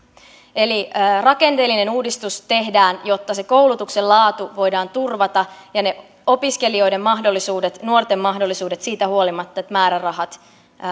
rakenteellinen uudistus tehdään jotta se koulutuksen laatu voidaan turvata ja ne opiskelijoiden mahdollisuudet nuorten mahdollisuudet siitä huolimatta että määrärahat